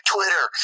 Twitter